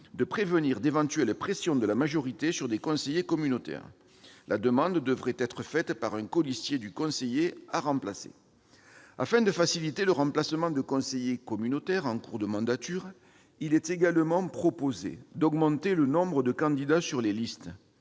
de prévenir d'éventuelles pressions de la majorité sur des conseillers communautaires : la demande devrait être faite par un colistier du conseiller à remplacer. Afin de faciliter le remplacement de conseillers communautaires en cours de mandature, il est également proposé d'augmenter le nombre de candidats sur les listes.